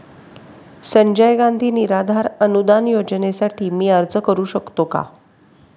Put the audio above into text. संजय गांधी निराधार अनुदान योजनेसाठी मी अर्ज करू शकतो का?